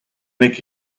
make